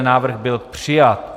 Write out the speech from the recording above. Návrh byl přijat.